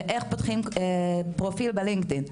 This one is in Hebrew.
איך פותחים פרופיל בלינקדין.